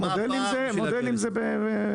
מודלים זה בסדר,